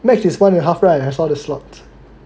max is one and a half right I saw the slot